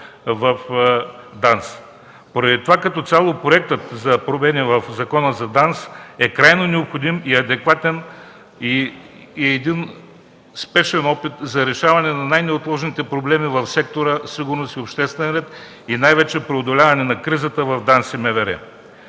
в ДАНС. Поради това като цяло проектът за промени в Закона за ДАНС е крайно необходим и адекватен и е един успешен опит за решаване на най-неотложните проблеми в сектора „Сигурност и обществен ред” и най-вече преодоляването на кризата в ДАНС и МВР.